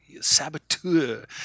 Saboteur